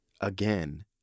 Again